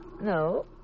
No